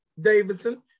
Davidson